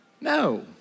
No